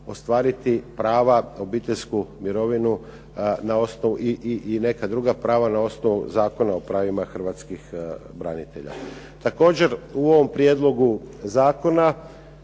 ostvariti prava obiteljsku mirovinu i neka druga prava na osnovu Zakona o pravima Hrvatskih branitelja. Također u ovom prijedlogu zakona